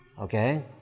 Okay